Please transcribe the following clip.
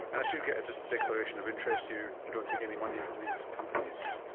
and i should get just a declaration of interest you don't take any money from these companies?